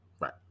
right